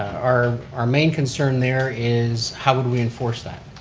our our main concern there is how would we enforce that?